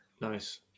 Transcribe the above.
Nice